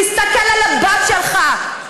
תסתכל על הבת שלך.